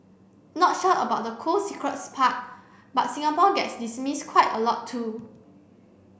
not sure about the cool secrets part but Singapore gets dismissed quite a lot too